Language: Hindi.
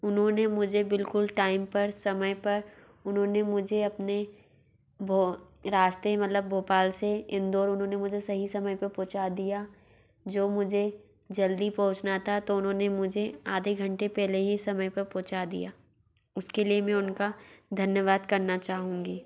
उन्होंने मुझे बिल्कुल टाइम पर समय पर उन्होंने मुझे अपने वो रास्ते मतलब भोपाल से इंदौर उन्होंने मुझे सही समय पर पहुँचा दिया जो मुझे जल्दी पहुंचना था तो उन्होंने मुझे आधे घंटे पहले ही समय पर पहुंचा दिया उसके लिए मैं उनका धन्यवाद करना चाहूँगी